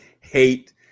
hate